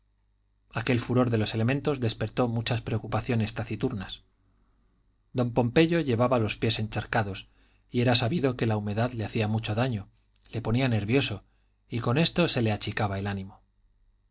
aquel furor de los elementos despertó muchas preocupaciones taciturnas don pompeyo llevaba los pies encharcados y era sabido que la humedad le hacía mucho daño le ponía nervioso y con esto se le achicaba el ánimo